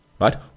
right